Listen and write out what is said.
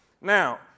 Now